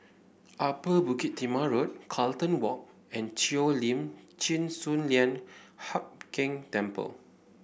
Upper Bukit Timah Road Carlton Walk and Cheo Lim Chin Sun Lian Hup Keng Temple